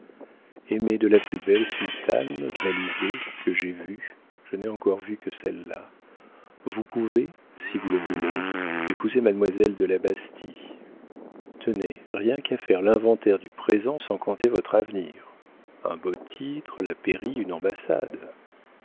de la plus belle sultane validé que j'aie vue je n'ai encore vu que celle-là vous pouvez si vous le voulez épouser mademoiselle de la bastie tenez rien qu'à faire l'inventaire du présent sans compter votre avenir un beau titre la pairie une ambassade